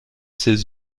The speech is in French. ses